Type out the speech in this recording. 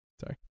Sorry